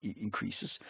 increases